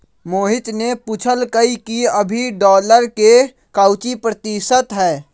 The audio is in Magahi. मोहित ने पूछल कई कि अभी डॉलर के काउची प्रतिशत है?